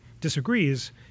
disagrees